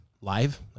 live